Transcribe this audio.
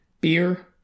beer